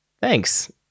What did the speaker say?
Thanks